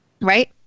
right